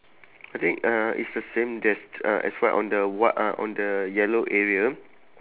I think uh it's the same there's uh as what on the what uh on the yellow area